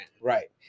Right